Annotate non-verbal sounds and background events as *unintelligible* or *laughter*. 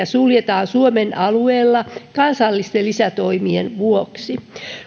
*unintelligible* suljetaan suomen alueella kansallisten lisätoimien vuoksi